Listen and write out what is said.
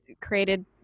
created